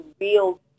real